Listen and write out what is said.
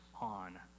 on